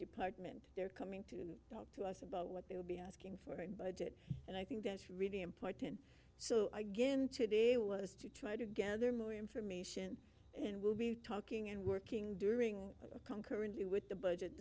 department they're coming to talk to us about what they will be asking for and budget and i think that's really important so i get in today was to try to gather more information and we'll be talking and working during concurrently with the budget